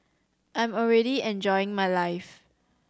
I'm already enjoying my life